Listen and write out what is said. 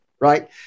right